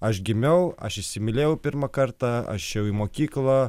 aš gimiau aš įsimylėjau pirmą kartą aš ėjau į mokyklą